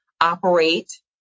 operate